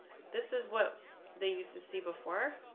this is what they used to see before.